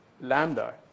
Lambda